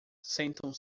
sentam